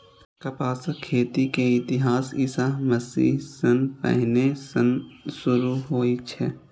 कपासक खेती के इतिहास ईशा मसीह सं पहिने सं शुरू होइ छै